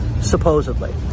supposedly